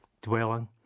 dwelling